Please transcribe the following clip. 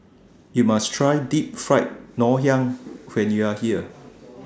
YOU must Try Deep Fried Ngoh Hiang when YOU Are here